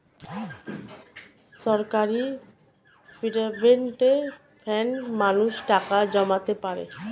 সরকারি প্রভিডেন্ট ফান্ডে মানুষ টাকা জমাতে পারে